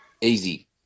Easy